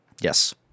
Yes